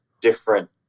different